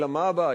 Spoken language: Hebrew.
אלא מה הבעיה?